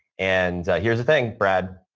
and here's the thing, brad,